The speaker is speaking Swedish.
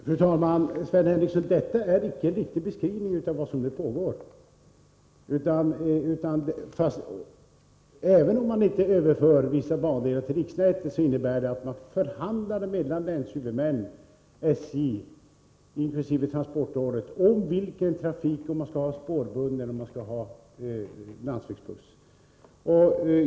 Fru talman! Detta, Sven Henricsson, är inte något riktig beskrivning av vad som nu pågår. Även om man inte överför vissa bandelar till riksnätet, sker förhandlingar mellan länshuvudmännen, SJ och transportrådet om man skall ha spårbunden trafik eller landsvägsbuss.